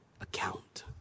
account